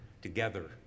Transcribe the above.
together